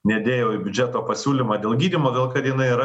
nedėjau į biudžeto pasiūlymą dėl gydymo dėl kad jinai yra